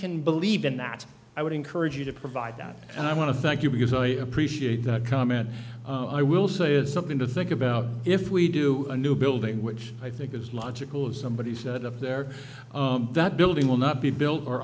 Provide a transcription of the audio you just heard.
can believe in that i would encourage you to provide that and i want to thank you because i appreciate that comment i will say it's something to think about if we do a new building which i think is logical if somebody set up there that building will not be built o